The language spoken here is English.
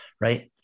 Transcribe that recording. Right